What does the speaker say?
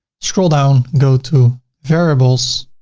scroll down, go to variables